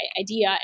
idea